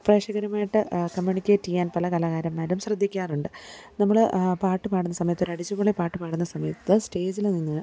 പ്രേക്ഷകരുമായിട്ട് communicate ചെയ്യാൻ പല കലാകാരന്മാരും ശ്രദ്ധിക്കാറുണ്ട് നമ്മൾ പാട്ട് പാടുന്ന സമയത്ത് ഒരടിച്ചുപൊളി പാട്ട് പാടുന്ന സമയത്ത് സ്റ്റേജിൽ നിന്ന്